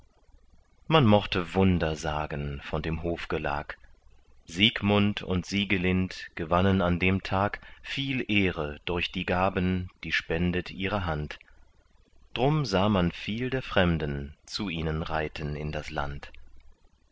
man mochte wunder sagen von dem hofgelag siegmund und siegelind gewannen an dem tag viel ehre durch die gaben die spendet ihre hand drum sah man viel der fremden zu ihnen reiten in das land